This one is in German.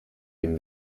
dem